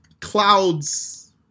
clouds